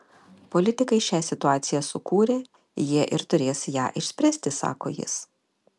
politikai šią situaciją sukūrė jie ir turės ją išspręsti sako jis